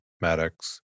Maddox